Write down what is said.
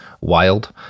wild